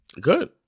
Good